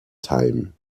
time